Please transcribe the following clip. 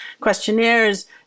questionnaires